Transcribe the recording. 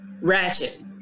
Ratchet